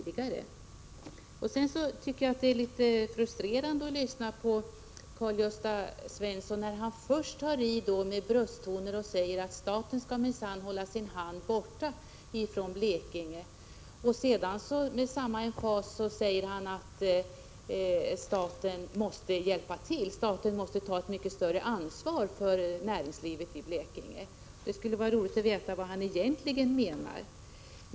Det är litet frustrerande att lyssna till Karl-Gösta Svenson när han först tar i med brösttoner och säger att staten minsann skall hålla sin hand borta från Blekinge — och sedan säger med samma emfas att staten måste hjälpa till, att staten måste ta ett mycket större ansvar för näringslivet i Blekinge. — Det skulle vara roligt att veta vad han egentligen menar.